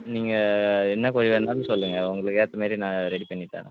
நீங்கள் என்ன கோழி வேண்ணாலும் சொல்லுங்கள் உங்களுக்கு ஏற்ற மாரி நான் ரெடி பண்ணி தரேன்